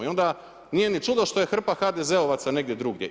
I onda nije ni čudo što je hrpa HDZ-ovaca negdje drugdje.